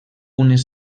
unes